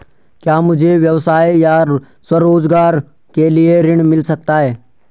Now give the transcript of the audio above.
क्या मुझे व्यवसाय या स्वरोज़गार के लिए ऋण मिल सकता है?